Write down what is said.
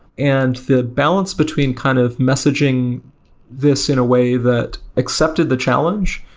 and the balance between kind of messaging this in a way that accepted the challenge,